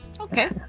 Okay